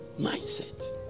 Mindset